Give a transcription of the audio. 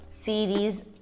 series